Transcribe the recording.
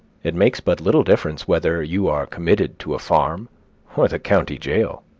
it makes but little difference whether you are committed to a farm or the county jail.